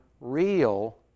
real